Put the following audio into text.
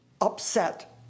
upset